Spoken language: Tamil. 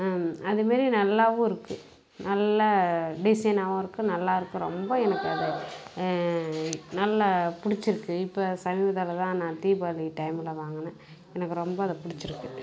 அதுமாரி நல்லாவும் இருக்குது நல்ல டிஸைனாகவும் இருக்குது நல்லா இருக்குது ரொம்ப எனக்கு அது நல்லா பிடிச்சிருக்கு இப்போ சமீபத்தில்தான் நான் தீபாவளி டைமில் வாங்கினேன் எனக்கு ரொம்ப அதை பிடிச்சிருக்கு